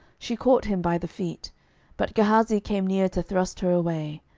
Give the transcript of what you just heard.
she caught him by the feet but gehazi came near to thrust her away.